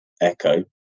Echo